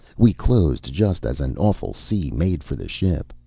we closed just as an awful sea made for the ship.